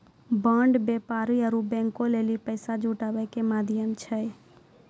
bond व्यापारी आरु बैंको लेली पैसा जुटाबै के माध्यम छै